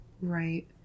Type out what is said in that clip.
Right